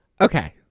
okay